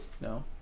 No